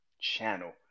channel